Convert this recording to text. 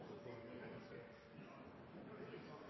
Så er jeg enig med